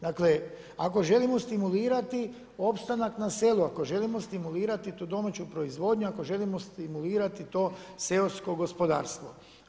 Dakle ako želimo stimulirati opstanak na selu, ako želimo stimulirati tu domaću proizvodnju, ako želimo stimulirati to seosko gospodarstvo.